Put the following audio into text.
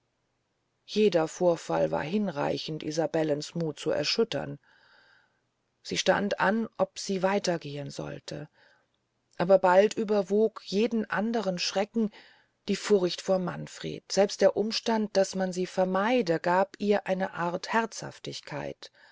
jeder vorfall war hinreichend isabellens muth zu erschüttern sie stand an ob sie weiter gehen sollte aber bald überwog jeden andern schrecken die furcht vor manfred selbst der umstand daß man sie vermeide gab ihr eine art herzhaftigkeit